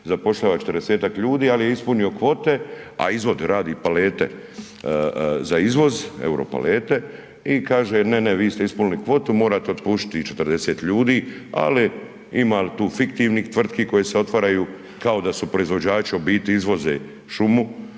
zapošljava 40-ak ljudi ali je ispunio kvote a izvoz, radi palete za izvoz, euro palete i kaže, ne, ne vi ste ispunili kvotu, morate otpustiti 40 ljudi ali ima li tu fiktivnih tvrtki koje se otvaraju kao da su proizvođači a u biti izvoze šumu.